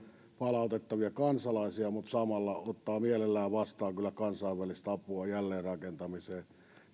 palautettavia kansalaisiaan mutta samalla ottaa mielellään vastaan kyllä kansainvälistä apua jälleenrakentamiseen tämä